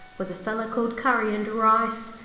was a feller called curry and rice,